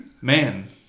Man